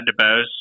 DeBose